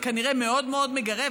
זה כנראה מאוד מאוד מגרה,